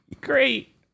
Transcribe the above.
Great